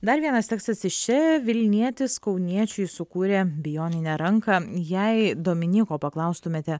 dar vienas tekstas iš čia vilnietis kauniečiui sukūrė bioninę ranką jei dominyko paklaustumėte